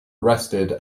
arrested